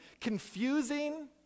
confusing